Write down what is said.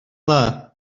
dda